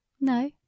No